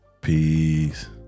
Peace